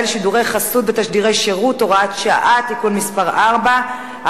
(שידורי חסות ותשדירי שירות) (הוראת שעה) (תיקון מס' 4),